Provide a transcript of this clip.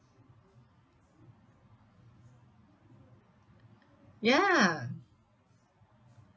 ya